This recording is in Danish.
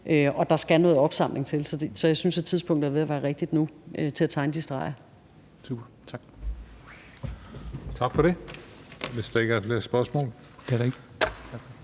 Og der skal noget opsamling til, så jeg synes, at tidspunktet er ved at være rigtigt nu til at tegne de streger.